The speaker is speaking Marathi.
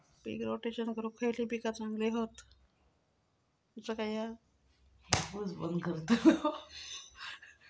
पीक रोटेशन करूक खयली पीका चांगली हत?